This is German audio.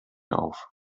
auf